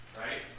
Right